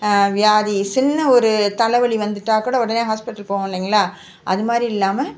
வியாதி சின்ன ஒரு தலைவலி வந்துவிட்டா கூட உடனே ஹாஸ்பிட்டல் போவோம் இல்லைங்களா அது மாதிரி இல்லாமல்